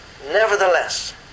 Nevertheless